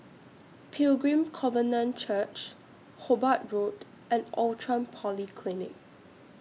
Pilgrim Covenant Church Hobart Road and Outram Polyclinic